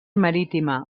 marítima